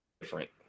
different